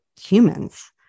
humans